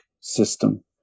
system